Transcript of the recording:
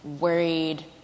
worried